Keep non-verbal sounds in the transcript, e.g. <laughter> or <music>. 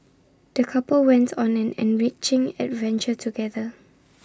the couple went on an enriching adventure together <noise>